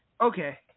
okay